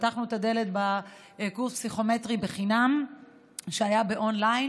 פתחנו את הדלת לקורס פסיכומטרי חינם שהיה און-ליין.